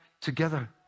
together